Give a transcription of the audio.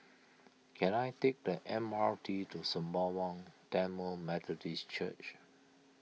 can I take the M R T to Sembawang Tamil Methodist Church